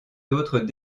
d’autres